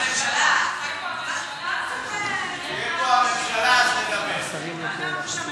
הממשלה, חברי הכנסת,